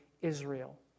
Israel